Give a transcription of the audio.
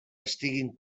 estiguin